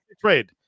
trade